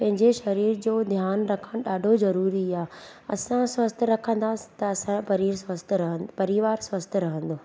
पंहिंजे शरीर जो ध्यानु रखणु ॾाढो ज़रूरी आहे असां स्वस्थ रखंदासीं त असांजो परिज स्वस्थ रहंदो परिवार स्वस्थ रहंदो